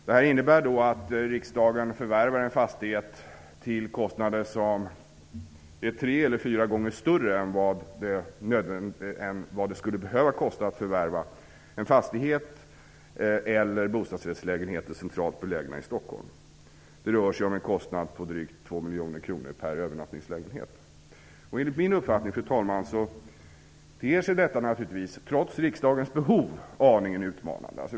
Det här innebär att riksdagen förvärvar en fastighet till en kostnad som är tre eller fyra gånger större än vad det skulle behöva kosta om man förvärvade fastigheter eller bostadsrättslägenheter centralt belägna i Stockholm. Det rör sig om en kostnad på drygt 2 Enligt min uppfattning, fru talman, ter sig detta, trots riksdagens behov aningen utmanande.